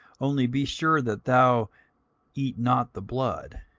only be sure that thou eat not the blood